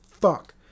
Fuck